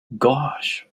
gosh